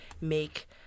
make